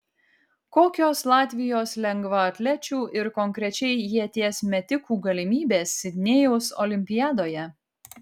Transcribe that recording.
kokios latvijos lengvaatlečių ir konkrečiai ieties metikų galimybės sidnėjaus olimpiadoje